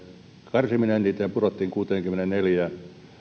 karsiminen määrähän pudotettiin kuuteenkymmeneenneljään